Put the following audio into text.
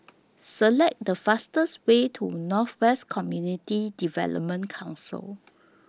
Select The fastest Way to North West Community Development Council